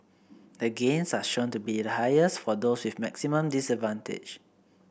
the gains are shown to be the highest for those with maximum disadvantage